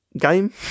game